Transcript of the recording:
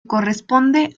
corresponde